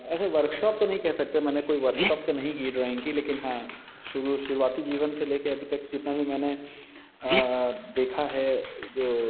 ऐसे वर्कशॉप तो नहीं कह सकते मैंने कोई वर्कशॉप तो नहीं की है ड्रॉइंग की लेकिन हाँ शुरू शुरुआती जीवन से लेके अभी तक जितना भी मैंने देखा है जो